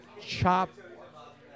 chop